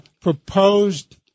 proposed